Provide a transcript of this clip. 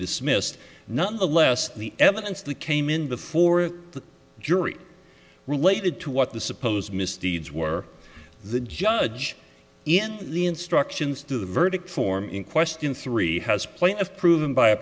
dismissed nonetheless the evidence that came in before the jury related to what the supposed misdeeds were the judge in the instructions to the verdict form in question three has plenty of proven by a